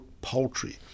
poultry